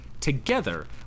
Together